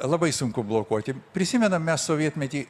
labai sunku blokuoti prisimenam mes sovietmetį